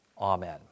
Amen